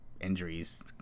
injuries